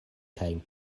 kaj